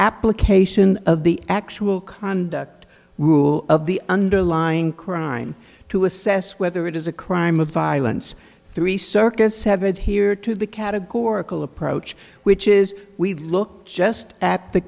application of the actual conduct rule of the underlying crime to assess whether it is a crime of violence three circus have it here to the categorical approach which is we look just at the